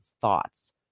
thoughts